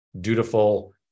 dutiful